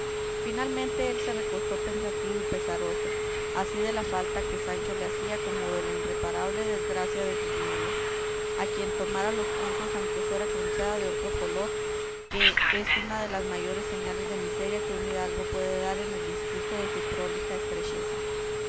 finalmente él se recostó pensativo y pesaroso así de la falta que sancho le hacía como de la inreparable desgracia de sus medias a quien tomara los puntos aunque fuera con seda de otra color que es una de las mayores señales de miseria que un hidalgo puede dar en el discurso de su prolija estrecheza mató